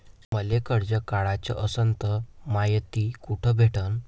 मले कर्ज काढाच असनं तर मायती कुठ भेटनं?